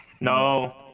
No